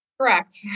Correct